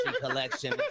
collection